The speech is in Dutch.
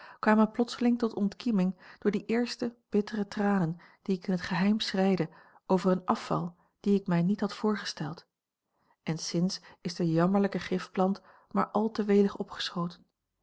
kwamen plotseling tot ontkieming door die eerste bittere tranen die ik in het geheim schreide over een afval dien ik mij niet had voorgesteld en sinds is de jammerlijke giftplant maar al te welig opgeschoten